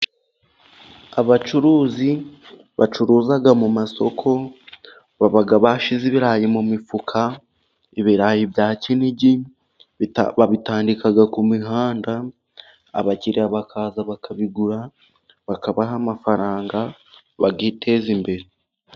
Abacuruzi bacuruza mu masoko baba bashize ibirayi mu mifuka. Ibirayi bya kinigi babitandika ku mihanda abakiriya bakaza bakabigura bakabaha amafaranga bagiteza imbere.